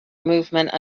movement